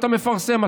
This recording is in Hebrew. אתה מפרסם,